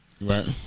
Right